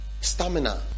stamina